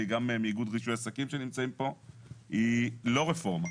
גם מאיגוד רישוי עסקים שנמצאים כאן - היא לא רפורמה.